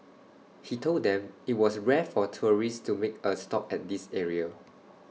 he told them IT was rare for tourists to make A stop at this area